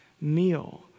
meal